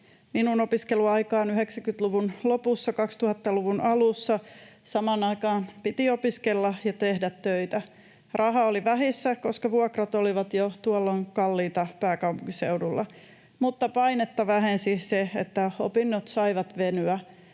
Minun opiskeluaikanani 90-luvun lopussa, 2000-luvun alussa samaan aikaan piti opiskella ja tehdä töitä. Raha oli vähissä, koska vuokrat olivat jo tuolloin kalliita pääkaupunkiseudulla, mutta painetta vähensi se, että opinnot saivat venyä.